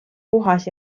puhas